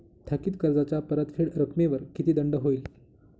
थकीत कर्जाच्या परतफेड रकमेवर किती दंड होईल?